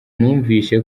numvise